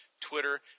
Twitter